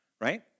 Right